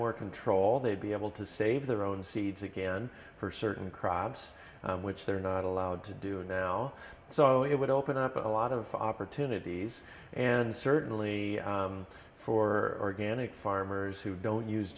more control they'd be able to save their own seeds again for certain crops which they're not allowed to do now so it would open up a lot of opportunities and certainly for gannett farmers who don't use